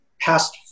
past